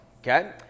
Okay